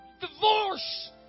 Divorce